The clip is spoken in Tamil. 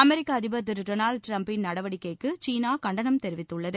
அமெிக்க அதிபர் திரு டெனால்டு டிரம்ப் நடவடிக்கைக்கு சீனா கண்டனம் தெரிவித்துள்ளது